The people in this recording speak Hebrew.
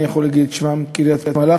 אני יכול להגיד את שמותיהם: קריית-מלאכי,